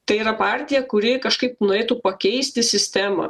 tai yra partija kuri kažkaip nueitų pakeisti sistemą